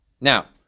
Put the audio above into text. Now